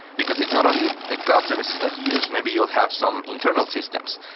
because it's not only ah the cloud services that you use. maybe you'll have some internal systems.